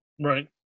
right